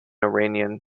iranian